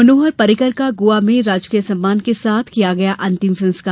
मनोहर पर्रिकर का गोवा में राजकीय सम्मान के साथ किया गया अंतिम संस्कार